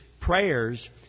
prayers